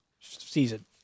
Season